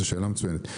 זו שאלה מצוינת.